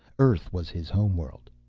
earth was his homeworld.